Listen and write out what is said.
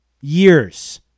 years